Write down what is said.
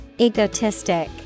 Egotistic